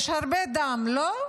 יש הרבה דם, לא?